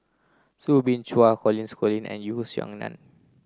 Soo Bin Chua and Yeo Song Nian